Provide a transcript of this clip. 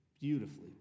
beautifully